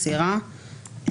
סירה,